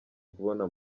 kubona